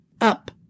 up